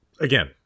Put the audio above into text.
again